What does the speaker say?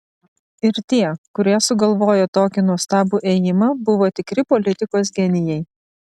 ir tie kurie sugalvojo tokį nuostabų ėjimą buvo tikri politikos genijai